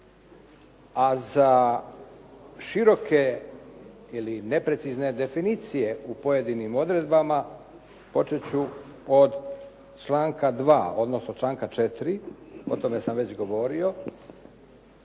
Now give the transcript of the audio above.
A za široke ili neprecizne definicije u pojedinim odredbama počet ću od članka 2., odnosno članka 4. O tome sam već govorio.